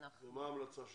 מה ההמלצה שלך,